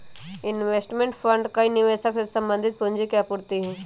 investment fund कई निवेशक से संबंधित पूंजी के आपूर्ति हई